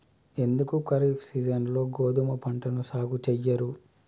ఎందుకు ఖరీఫ్ సీజన్లో గోధుమ పంటను సాగు చెయ్యరు?